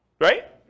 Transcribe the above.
Right